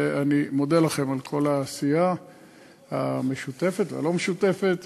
ואני מודה לכם על כל העשייה המשותפת והלא-משותפת.